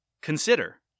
Consider